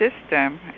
system